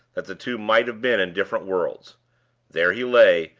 that the two might have been in different worlds there he lay,